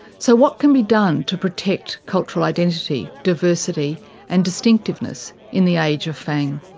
so what can be done to protect cultural identity, diversity and distinctiveness in the age of fang?